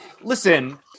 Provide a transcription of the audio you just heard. Listen